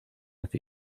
with